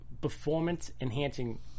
performance-enhancing